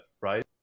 right